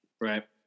Right